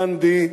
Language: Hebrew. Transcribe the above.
גנדי,